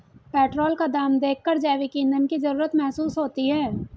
petrol का दाम देखकर जैविक ईंधन की जरूरत महसूस होती है